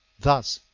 thus,